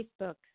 Facebook